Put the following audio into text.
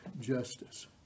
justice